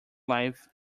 life